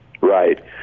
Right